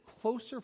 closer